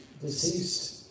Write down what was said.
deceased